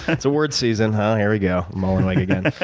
it's awards season here we go. mullenweg again.